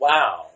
Wow